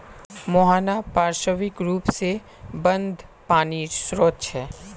मुहाना पार्श्विक र्रोप से बंद पानीर श्रोत छे